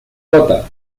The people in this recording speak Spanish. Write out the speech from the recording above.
gotha